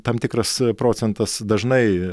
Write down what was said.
tam tikras procentas dažnai